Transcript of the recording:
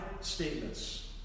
statements